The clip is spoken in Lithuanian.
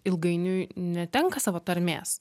ilgainiui netenka savo tarmės